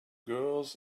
girls